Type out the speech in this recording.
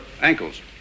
ankles